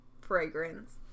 fragrance